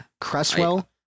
Cresswell